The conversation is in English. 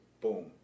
boom